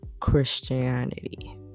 christianity